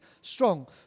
strong